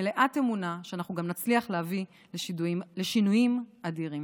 אני מלאת אמונה שאנחנו גם נצליח להביא לשינויים אדירים.